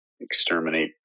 exterminate